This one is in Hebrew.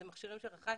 זה מכשירים שרכשתי,